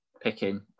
picking